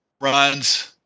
runs